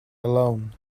alone